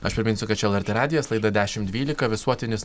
aš priminsiu kad čia lrt radijas laida dešimt dvylika visuotinis